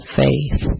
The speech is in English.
faith